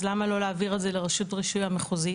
אז למה לא להעביר את זה לרשות הרישוי המחוזית?